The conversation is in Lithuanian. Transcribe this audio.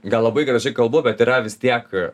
gal labai gražiai kalbu bet yra vis tiek